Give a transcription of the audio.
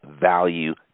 value